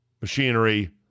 machinery